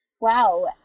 Wow